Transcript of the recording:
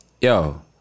Yo